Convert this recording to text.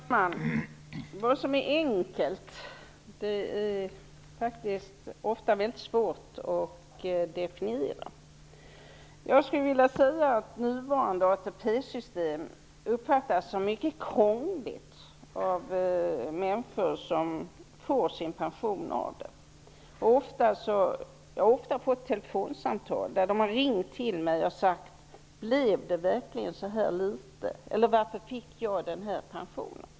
Fru talman! Vad som är enkelt är ofta mycket svårt att definiera. Jag skulle vilja säga att det nuvarande ATP-systemet uppfattas som mycket krångligt av de människor som får sin pension genom det. Jag har ofta fått telefonsamtal där människor har undrat: Blir det verkligen så här litet? Eller: Varför fick jag den här pensionen?